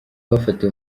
bafatiwe